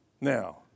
Now